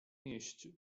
mieście